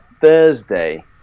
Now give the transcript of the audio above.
Thursday